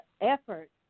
effort